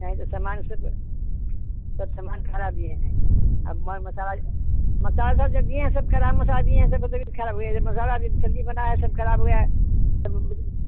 चाहे तो सामान सब सब सामान ख़राब दिए हैं अब म मसाला मसाला उसाला जो दिए हैं सब ख़राब मसाला दिए हैं सब ऐसे बोलते हैं कि ख़राब सब्ज़ी बनाई सब ख़राब हो गया है सब